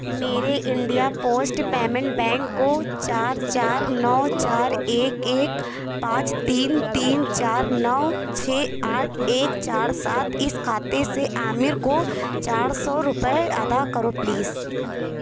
میرے India post payment bank کو چار چار نو چار ایک ایک پانچ تین تین چار نو چھ آٹھ ایک چار سات اس کھاتے سے عامر کو چار سو روپے ادا کرو پلیس